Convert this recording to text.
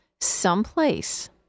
someplace